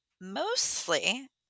mostly